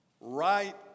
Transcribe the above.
right